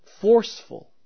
forceful